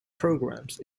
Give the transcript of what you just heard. programs